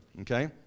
Okay